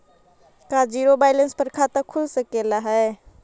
का zero balance पर खाता खुल सकले हे?